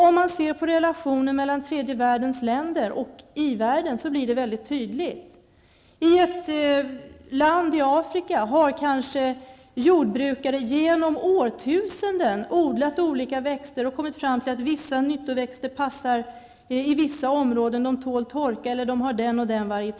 Om man ser på relationerna mellan tredje världens länder och den industrialiserade världen blir det mycket tydligt. I ett land i Afrika har jordbrukare kanske genom årtusenden odlat olika växter och kommit fram till att vissa nyttoväxter passar i vissa områden. De kanske tål torka eller har någon annan fördel.